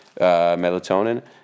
melatonin